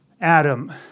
Adam